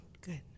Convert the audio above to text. good